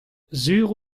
sur